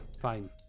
Fine